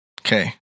Okay